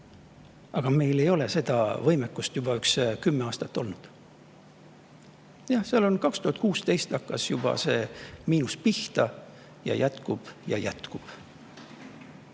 Aga meil ei ole seda võimekust juba kümme aastat olnud. Juba 2016 hakkas see miinus pihta ja see jätkub ja jätkub.